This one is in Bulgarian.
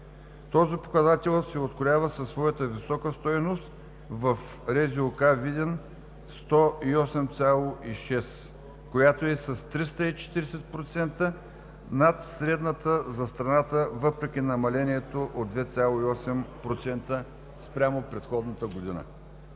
Този показател се откроява със своята висока стойност в РЗОК – Видин: 108,6%, която е с 340% над средната за страната, въпреки намалението от 2,8% спрямо предходната година.